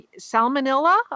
salmonella